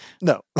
No